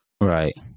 Right